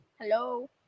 Hello